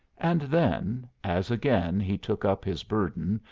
and then, as again he took up his burden,